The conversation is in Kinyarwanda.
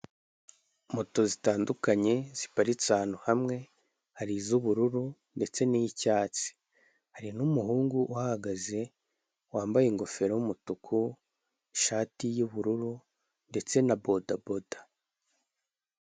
Moto zitandukanye ziparitse ahantu hamw, hari iz'ubururu ndetse n'icyatsi, hari n'umuhungu uhagaze wambaye ingofero y'umutuku, ishati y'ubururu ndetse na bodaboda.